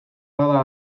bada